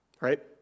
right